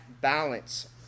balance